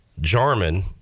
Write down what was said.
jarman